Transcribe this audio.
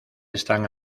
están